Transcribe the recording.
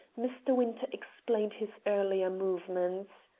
mr. winter explained his earlier movements.